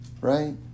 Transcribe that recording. right